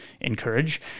encourage